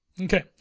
Okay